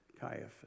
Caiaphas